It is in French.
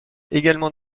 également